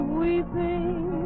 weeping